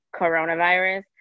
coronavirus